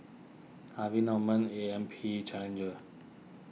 Harvey Norman A M P Challenger